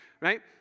right